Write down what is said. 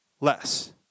Less